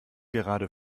gerade